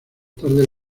tarde